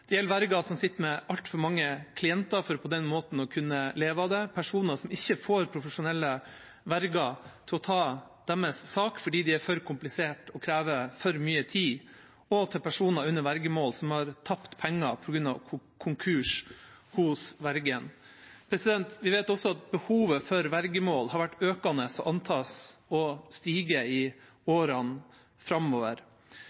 Det gjelder verger som sitter med altfor mange klienter for på den måten å kunne leve av det, personer som ikke får profesjonelle verger til å ta deres sak fordi den er for komplisert og krever for mye tid, og personer under vergemål som har tapt penger på grunn av konkurs hos vergen. Vi vet også at behovet for vergemål har vært økende og antas å stige i